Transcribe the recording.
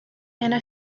anna